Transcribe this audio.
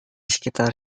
sekitar